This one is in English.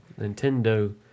Nintendo